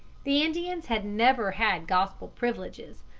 the indians had never had gospel privileges,